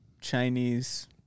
Chinese